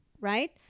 right